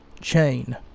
chain